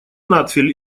надфиль